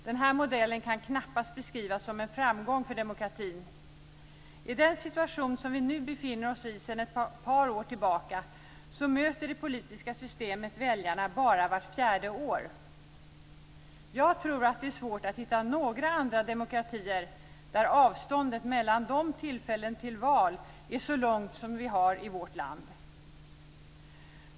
Den här modellen kan knappast beskrivas som en framgång för demokratin. I den situation som vi sedan ett par år tillbaka befinner oss möter det politiska systemet väljarna bara vart fjärde år. Jag tror att det är svårt att hitta några andra demokratier som har ett så långt avstånd mellan valtillfällena som i vårt land.